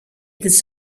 της